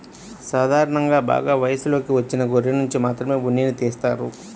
సాధారణంగా బాగా వయసులోకి వచ్చిన గొర్రెనుంచి మాత్రమే ఉన్నిని తీస్తారు